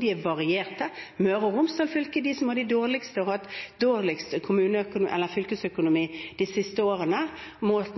de er varierte. Møre og Romsdal fylke er de som har de dårligste, og som har hatt dårligst fylkesøkonomi de siste årene, målt